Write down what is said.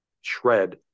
shred